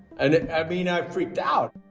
and i mean, i freaked out.